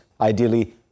ideally